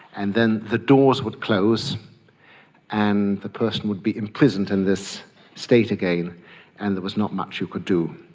and then the doors would close and the person would be imprisoned in this state again and there was not much you could do.